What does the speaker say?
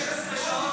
ב-16 השעות